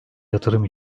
yatırım